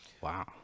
wow